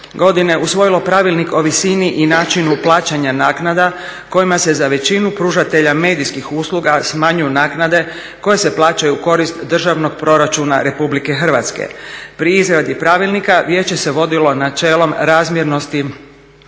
godine usvojilo pravilnik o visini i načinu plaćanja naknada kojima se za većinu pružatelja medijskih usluga smanjuju naknade koje se plaćaju u korist Državnog proračuna RH. Pri izradi pravilnika vijeće se vodilo načelom razmjernosti,